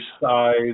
size